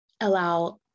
allow